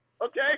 okay